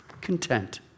content